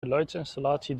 geluidsinstallatie